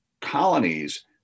colonies